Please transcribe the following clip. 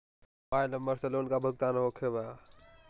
Mobile number से loan का भुगतान होखे बा?